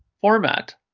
format